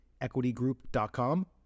EquityGroup.com